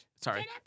Sorry